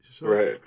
Right